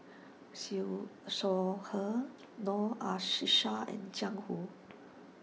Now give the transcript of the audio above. Siew Shaw Her Noor Aishah and Jiang Hu